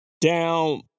down